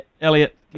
Elliot